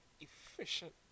Efficient